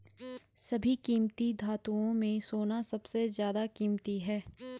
सभी कीमती धातुओं में सोना सबसे ज्यादा कीमती है